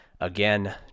Again